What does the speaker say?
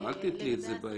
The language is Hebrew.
אלו שתי הרשימות.